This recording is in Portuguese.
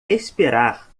esperar